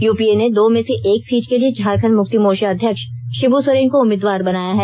UPA ने दो में से एक सीट के लिए झारखंड मुक्ति मोर्चा अध्यक्ष शिव सोरेन को उम्मीदवार बनाया है